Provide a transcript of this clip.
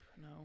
No